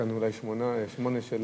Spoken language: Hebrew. אולי שמונה של,